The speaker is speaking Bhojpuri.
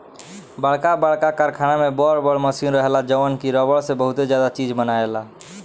बरका बरका कारखाना में बर बर मशीन रहेला जवन की रबड़ से बहुते ज्यादे चीज बनायेला